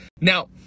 Now